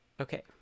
Okay